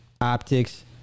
optics